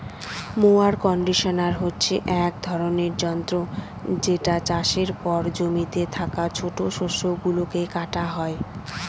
mower conditioner হচ্ছে এক ধরনের যন্ত্র যেটা চাষের পর জমিতে থাকা ছোট শস্য গুলোকে কাটা হয়